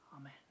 Amen